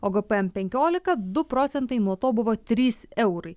o gpm penkiolika du procentai nuo to buvo trys eurai